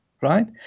right